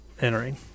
entering